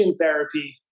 therapy